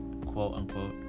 quote-unquote